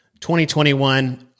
2021